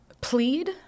plead